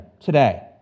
today